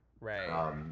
Right